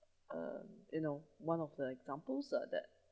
uh you know one of the examples of that